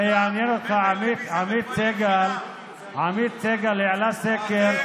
עמית סגל העלה סקר,